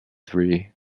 three